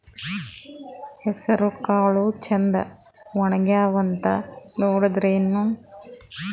ಹೆಸರಕಾಳು ಛಂದ ಒಣಗ್ಯಾವಂತ ನೋಡಿದ್ರೆನ?